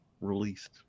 released